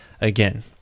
again